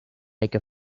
make